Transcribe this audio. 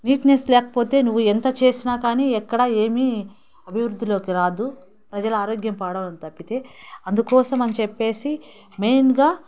neatness లేకపోతే నువ్వు ఎంత చేసినా కానీ ఎక్కడ ఏమీ అభివృద్ధిలోకి రాదు ప్రజల ఆరోగ్యం పాడవడం తప్పితే అందుకోసమని చెప్పేసి మెయిన్గా